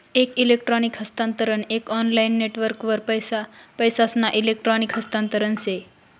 एक इलेक्ट्रॉनिक हस्तांतरण एक ऑनलाईन नेटवर्कवर पैसासना इलेक्ट्रॉनिक हस्तांतरण से